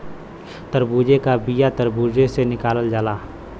तरबूजे का बिआ तर्बूजे से निकालल जाला